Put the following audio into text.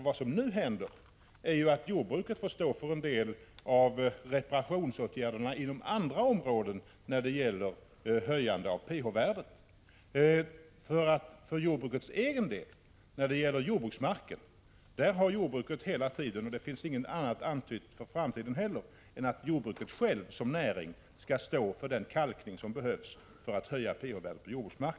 Vad som nu händer är ju att jordbruket får stå för en del av reparationsåtgärderna på andra områden när det gäller höjande av pH värdet. För jordbruksmarkens del har jordbruket hela tiden — och det finns inget annat angivet för framtiden heller — som näring stått för den kalkning som behövs för att höja pH-värdet på jordbruksmark.